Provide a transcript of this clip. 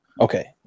Okay